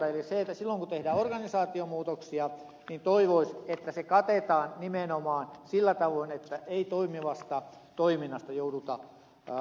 eli silloin kun tehdään organisaatiomuutoksia toivoisi että se katetaan nimenomaan sillä tavoin että ei jouduta toimivasta toiminnasta ottamaan ja supistamaan sitä